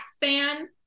fan